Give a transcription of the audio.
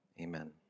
amen